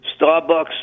Starbucks